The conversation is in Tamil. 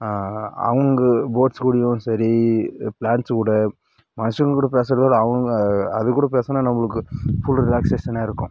அவங்க பேர்ட்ஸ் கூடையும் சரி பிளாண்ட்ஸ் கூட மனுஷங்க கூட பேசுறத விட அவங்க அதுக்கூட பேசுனா நம்மளுக்கு ஃபுல் ரிலாக்ஸேஷனாக இருக்கும்